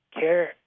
care